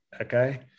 Okay